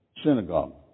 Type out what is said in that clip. synagogue